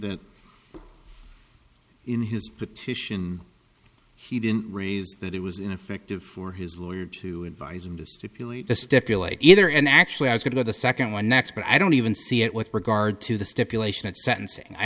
that in his petition he didn't raise that it was ineffective for his lawyer to advise him to stipulate to stipulate either and actually i was going to the second one next but i don't even see it with regard to the stipulation